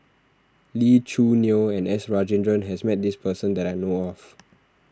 Lee Choo Neo and S Rajendran has met this person that I know of